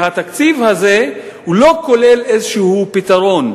והתקציב הזה לא כולל איזה פתרון,